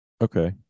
Okay